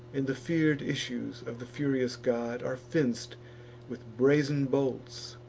and the fear'd issues of the furious god, are fenc'd with brazen bolts